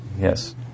Yes